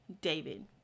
David